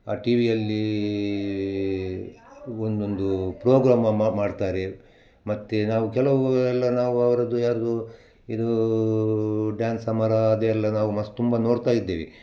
ಆ ಟಿವಿಯಲ್ಲೀ ಒಂದೊಂದು ಪ್ರೋಗ್ರಾಮ ಮ ಮ ಮಾಡ್ತಾರೆ ಮತ್ತು ನಾವು ಕೆಲವು ಎಲ್ಲ ನಾವು ಅವರದ್ದು ಯಾರದ್ದೂ ಇದು ಡ್ಯಾನ್ಸ್ ಸಮರಾ ಅದು ಎಲ್ಲ ನಾವು ಮಸ್ತ್ ತುಂಬಾ ನೋಡ್ತಾ ಇದ್ದೇವೆ